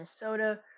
Minnesota